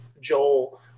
joel